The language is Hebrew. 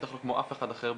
בטח לא כמו אף אחד אחר,